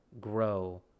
grow